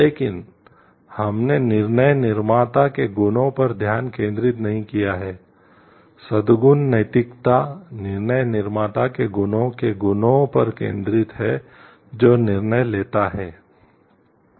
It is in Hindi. लेकिन हमने निर्णय निर्माता के गुणों पर ध्यान केंद्रित नहीं किया है सद्गुण नैतिकता निर्णय निर्माता के गुणों के गुणों पर केंद्रित है जो निर्णय लेता है